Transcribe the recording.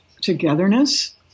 togetherness